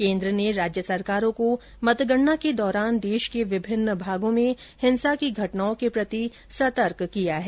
केंद्र ने राज्य सरकारों को मतगणना के दौरान देश के विभिन्न भागों में हिंसा की घटनाओं के प्रति सतर्क किया है